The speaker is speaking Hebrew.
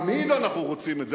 תמיד אנחנו רוצים את זה,